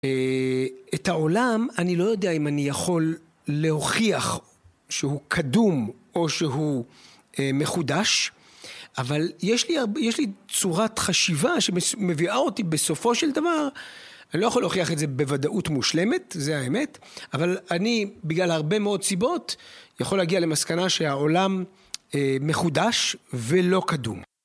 את העולם אני לא יודע אם אני יכול להוכיח שהוא קדום או שהוא מחודש, אבל יש לי יש לי צורת חשיבה שמביאה אותי, בסופו של דבר אני לא יכול להוכיח את זה בוודאות מושלמת, זה האמת אבל אני בגלל הרבה מאוד סיבות יכול להגיע למסקנה שהעולם מחודש ולא קדום.